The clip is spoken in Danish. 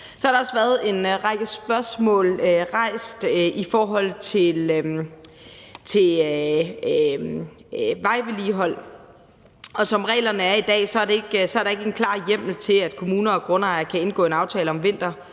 Så har der også været rejst en række spørgsmål i forhold til vejvedligehold. Som reglerne er i dag, er der ikke en klar hjemmel til, at kommuner og grundejere kan indgå en aftale om